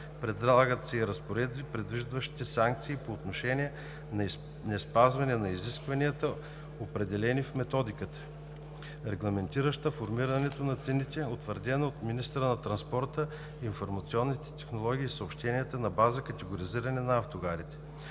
Предлагат се и разпоредби, предвиждащи санкции по отношение на неспазване на изискванията, определени в Методиката, регламентираща формирането на цените, утвърдена от министъра на транспорта, информационните технологии и съобщенията на базата на категоризиране на автогарите.